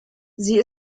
sie